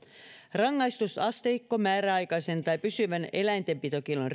rangaistusasteikko määräaikaisen tai pysyvän eläintenpitokiellon